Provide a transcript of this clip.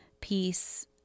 peace